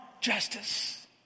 justice